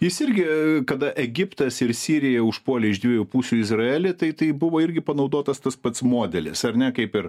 jis irgi kada egiptas ir sirija užpuolė iš dviejų pusių izraelį tai tai buvo irgi panaudotas tas pats modelis ar ne kaip ir